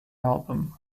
album